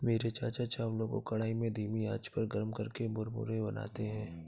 मेरे चाचा चावलों को कढ़ाई में धीमी आंच पर गर्म करके मुरमुरे बनाते हैं